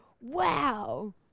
wow